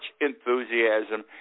enthusiasm